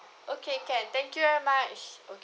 okay can thank you very much okay